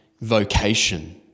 vocation